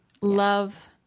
love